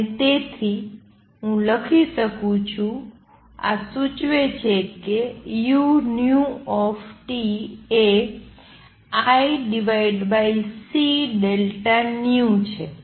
અને તેથી હું લખી શકું છું આ સૂચવે છે કે uT એ IcΔν છે